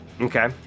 Okay